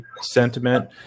sentiment